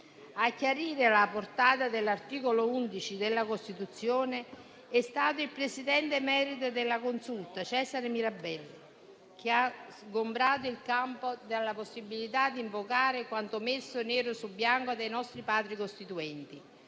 A chiarire la portata dell'articolo 11 della Costituzione è stato il presidente emerito della Consulta, Cesare Mirabelli, che ha sgombrato il campo dalla possibilità di invocare quanto messo nero su bianco dai nostri Padri costituenti